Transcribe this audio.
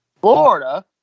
Florida